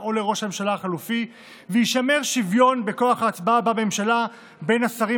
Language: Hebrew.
או לראש הממשלה החלופי ויישמר שוויון בכוח ההצבעה בממשלה בין השרים